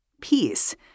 peace